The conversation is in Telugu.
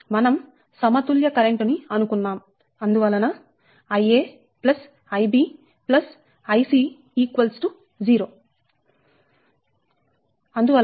మనం సమతుల్య కరెంటును అనుకున్నాం అందువలన Ia Ib Ic 0